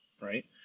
Right